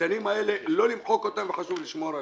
שהקטנים האלה, לא למחוק אותם וחשוב לשמור עליהם.